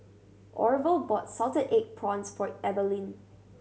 Orval bought salted egg prawns for Evaline